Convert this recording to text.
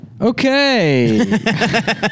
Okay